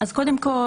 אז קודם כל,